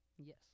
Yes